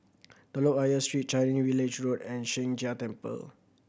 Telok Ayer Street Changi Village Road and Sheng Jia Temple